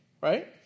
right